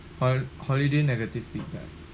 hol~ holiday negative feedback